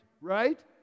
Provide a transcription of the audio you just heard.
right